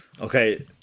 okay